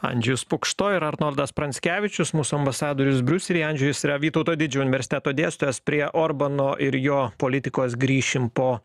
andžejus pukšto ir arnoldas pranckevičius mūsų ambasadorius briuselyje andžejus yra vytauto didžiojo universiteto dėstytojas prie orbano ir jo politikos grįšim po